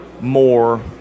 more